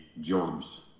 jobs